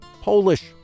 Polish